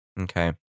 Okay